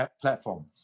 platform